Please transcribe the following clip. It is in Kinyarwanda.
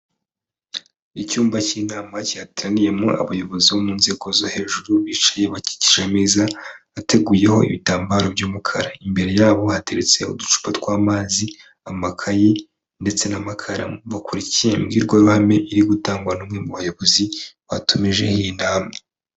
Icyumba cy'inama cyateraniyemo abayobozi bo mu nzego zo hejuru, bicaye bakikije ameza, ateguyeho ibitambaro by'umukara, imbere yabo hateretse uducupa tw'amazi, amakayi ndetse n'amakaru. Bakurikiye imbwirwaruhame iri gutangwa n'umwe mu bayobozi batumije iyi nama.